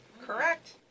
Correct